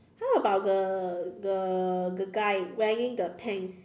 how about the the the guy wearing the pants